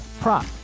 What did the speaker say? prop